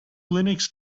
linux